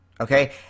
okay